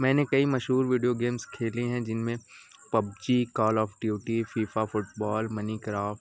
میں نے کئی مشہور ویڈیو گیمس کھیلے ہیں جن میں PUBG call of duty FIFA football money craft